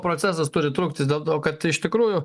procesas turi trukti dėl to kad iš tikrųjų